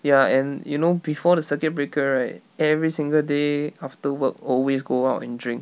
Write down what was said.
ya and you know before the circuit breaker right every single day after work always go out and drink